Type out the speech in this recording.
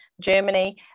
Germany